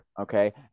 Okay